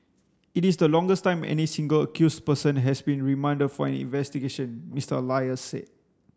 it is the longest time any single accused person has been remanded for an investigation Mister Elias said